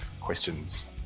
questions